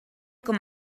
com